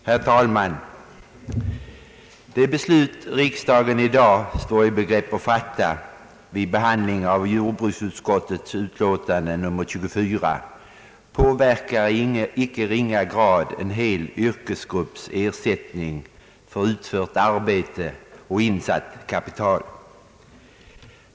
Herr talman! Det beslut riksdagen i dag står i begrepp att fatta vid behandlingen av jordbruksutskottets utlåtande nr 24 påverkar i icke ringa grad en hel yrkesgrupps ersättning för utfört arbete och insatt kapital.